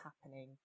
happening